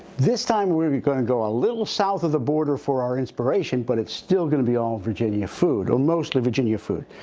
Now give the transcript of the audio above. this time, we're gonna go a little south of the border for our inspiration, but it's still gonna be all virginia food, or mostly virginia food.